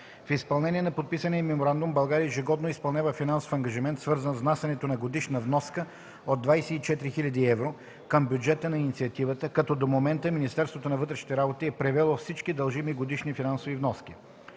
В изпълнение на подписания Меморандум България ежегодно изпълнява финансов ангажимент, свързан с внасянето на годишна вноска от 24 000 евро към бюджета на Инициативата, като до момента Министерството на вътрешните работи е превело всички дължими годишни финансови вноски.